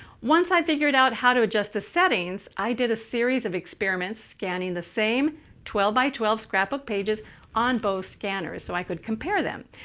once i figured out how to adjust the settings, i did a series of experiments scanning the same twelve x twelve scrapbook pages on both scanners so i could compare them.